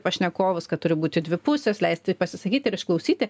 pašnekovus kad turi būti dvi pusės leisti pasisakyti ir išklausyti